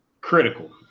critical